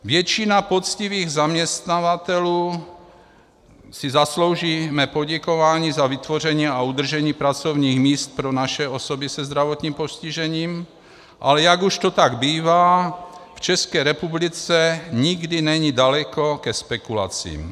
Většina poctivých zaměstnavatelů si zaslouží mé poděkování za vytvoření a udržení pracovních míst pro naše osoby se zdravotním postižením, ale jak už to tak bývá, v České republice nikdy není daleko ke spekulacím.